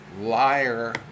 liar